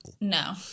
No